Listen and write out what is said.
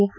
F